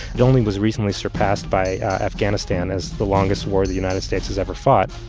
it only was recently surpassed by afghanistan as the longest war the united states has ever fought.